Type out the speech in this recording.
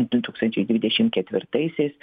du tūkstančiai dvidešim ketvirtaisiais